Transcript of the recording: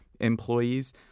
employees